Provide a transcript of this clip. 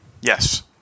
Yes